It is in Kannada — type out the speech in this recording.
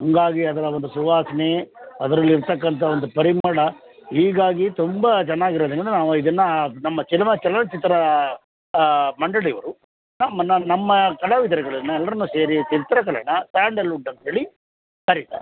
ಹಾಗಾಗಿ ಅದರ ಒಂದು ಸುವಾಸನೆ ಅದ್ರಲ್ಲಿ ಇರತಕ್ಕಂಥ ಒಂದು ಪರಿಮಳ ಹೀಗಾಗಿ ತುಂಬ ಚೆನ್ನಾಗಿರೋದನ್ನ ನಾವು ಇದನ್ನ ನಮ್ಮ ಸಿನಿಮಾ ಚಲನಚಿತ್ರ ಮಂಡಳಿಯವರು ನಮ್ಮನ್ನು ನಮ್ಮ ಕಲಾವಿದ್ರುಗಳನ್ನ ಎಲ್ಲರನ್ನು ಸೇರಿ ಚಿತ್ರಕಲೆಯನ್ನ ಸ್ಯಾಂಡಲ್ವುಡ್ ಅಂತೇಳಿ ಕರೀತಾರೆ